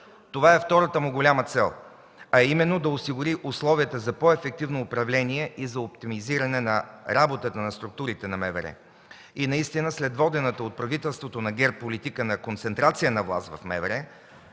Това е втората му голяма цел, а именно: да осигури условията за по-ефективно управление и за оптимизиране на работата на структурите на МВР. И наистина след водената от правителството на ГЕРБ политика на концентрация на власт в МВР,